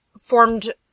formed